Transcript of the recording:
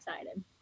excited